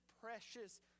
precious